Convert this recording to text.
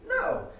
No